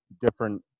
different